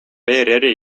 erri